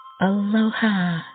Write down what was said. Aloha